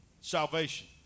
salvation